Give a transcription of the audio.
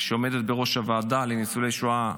שעומדת בראש הוועדה לניצולי שואה,